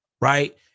right